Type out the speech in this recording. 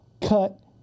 cut